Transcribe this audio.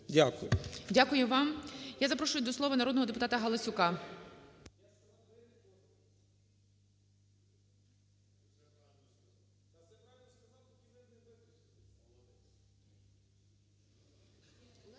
Дякую вам. Я запрошую до слова народного депутатаГаласюка.